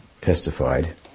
testified